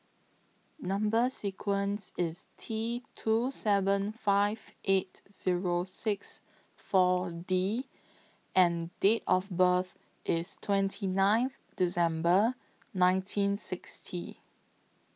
Number sequence IS T two seven five eight Zero six four D and Date of birth IS twenty ninth December nineteen sixty